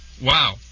Wow